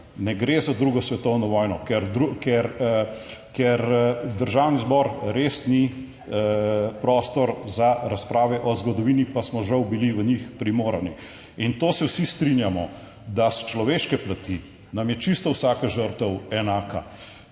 ne gre za drugo svetovno vojno, ker Državni zbor res ni prostor za razprave o zgodovini, pa smo žal bili v njih primorani in to se vsi strinjamo, da s človeške plati nam je čisto vsaka žrtev enaka,